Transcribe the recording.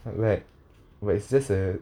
but like but it's just a